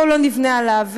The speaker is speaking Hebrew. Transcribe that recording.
בואו לא נבנה עליו,